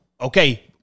Okay